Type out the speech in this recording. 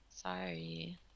sorry